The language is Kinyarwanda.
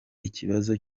ikibazo